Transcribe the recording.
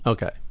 Okay